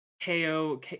KO